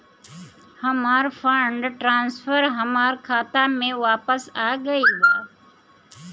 हमर fund transfer हमर खाता में वापस आ गईल बा